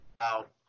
out